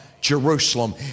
Jerusalem